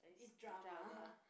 drama